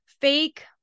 fake